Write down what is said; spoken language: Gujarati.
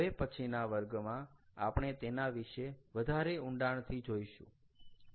હવે પછીના વર્ગમાં આપણે તેના વિશે વધારે ઊંડાણથી જોઈશું